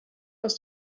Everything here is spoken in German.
aus